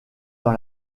dans